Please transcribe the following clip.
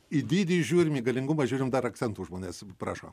į dydį žiūrim į galingumą žiūrim dar akcentų žmonės prašo